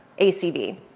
ACV